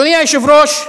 אדוני היושב-ראש,